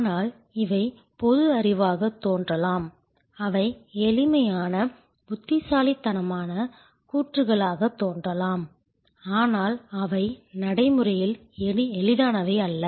ஆனால் இவை பொது அறிவாகத் தோன்றலாம் அவை எளிமையான புத்திசாலித்தனமான கூற்றுகளாகத் தோன்றலாம் ஆனால் அவை நடைமுறையில் எளிதானவை அல்ல